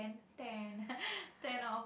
ten ten out of